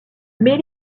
mais